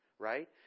Right